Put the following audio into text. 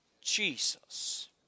Jesus